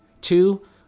Two